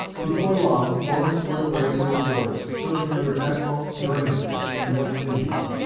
before long, lawrence went away to the wars, serving under admiral vernon in the west indies.